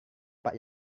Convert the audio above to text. pak